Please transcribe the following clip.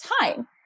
time